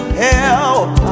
help